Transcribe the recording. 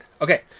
Okay